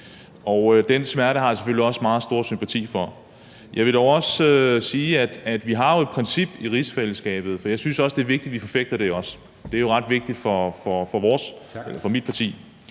Den smerte har jeg selvfølgelig også meget stor sympati for. Jeg vil dog også sige, at vi har et princip i rigsfællesskabet. Jeg synes, det er vigtigt, at vi også forfægter det. Det er ret vigtigt for mit parti.